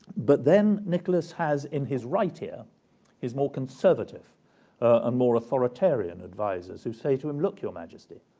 but then nicholas has in his right ear his more conservative and more authoritarian advisers who say to him, look, your majesty,